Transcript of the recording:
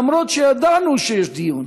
למרות שידענו שיש דיון.